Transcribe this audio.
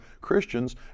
Christians